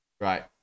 Right